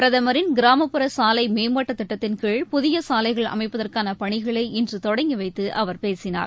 பிரதமரின் கிராமப்புற சாலைமேம்பாட்டுத் திட்டத்தின்கீழ் புதியசாலைகள் அமைப்பதற்கானபணிகளை இன்றுதொடங்கிவைத்துஅவர் பேசினார்